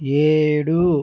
ఏడు